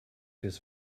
this